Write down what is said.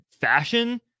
fashion